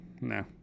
no